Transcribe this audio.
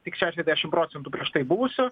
tik šešiasdešim procentų prieš tai buvusių